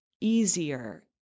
easier